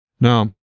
Now